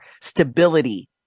stability